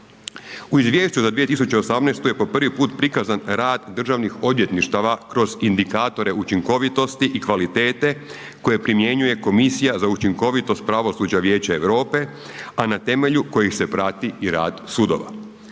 U Izvješću za 2018. je po prvi prikazan rad državnih odvjetništava kroz indikatore učinkovitosti i kvalitete koje primjenjuje Komisija za učinkovitost pravosuđa Vijeća Europe, a na temelju kojih se prati i rad sudova.